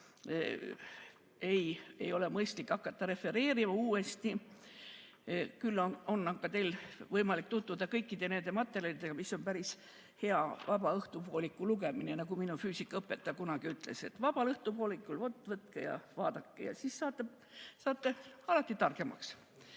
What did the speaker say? ei ole mõistlik hakata refereerima. Küll on aga teil võimalik tutvuda kõikide nende materjalidega, mis on päris hea vaba õhtupooliku lugemine. Minu füüsikaõpetaja kunagi ütles, et vabal õhtupoolikul võtke ja vaadake ja siis saate alati targemaks.